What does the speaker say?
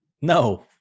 No